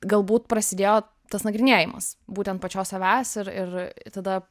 galbūt prasidėjo tas nagrinėjimas būtent pačios savęs ir ir tada